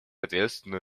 ответственную